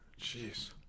Jeez